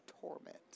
torment